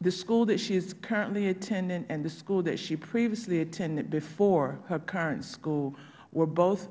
the school that she is currently attending and the school that she previously attended before her current school were both